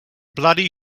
bloody